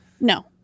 No